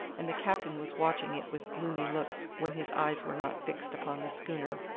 and the captain was watching it with gloomy looks when his eyes were not fixed upon the schooner,